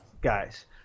guys